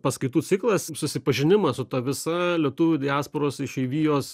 paskaitų ciklas susipažinimas su ta visa lietuvių diasporos išeivijos